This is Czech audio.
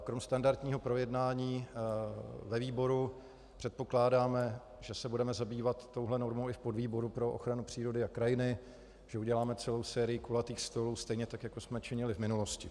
Kromě standardního projednání ve výboru předpokládáme, že se budeme zabývat touto normou i v podvýboru pro ochranu přírody a krajiny, že uděláme celou sérii kulatých stolů stejně tak, jako jsme činili v minulosti.